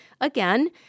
Again